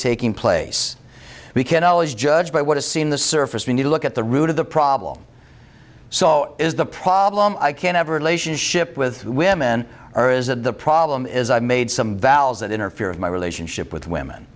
taking place we can always judge by what is seen the surface we need to look at the root of the problem so is the problem i can't ever elations ship with women or is that the problem is i made some vals that interfere with my relationship with women